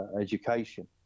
education